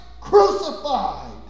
crucified